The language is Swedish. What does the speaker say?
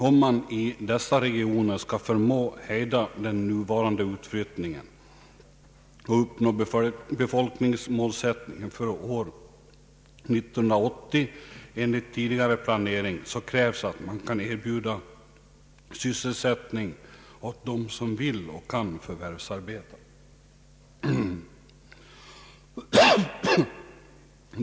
Om man i dessa regioner skall förmå hejda den nuvarande utflyttningen och uppnå befolkningsmålsättningen för år 1980 enligt tidigare planering, så krävs att man kan erbjuda sysselsättning åt dem som vill och kan förvärvsarbeta.